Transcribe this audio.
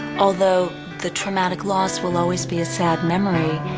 although the traumatic loss will always be a sad memory,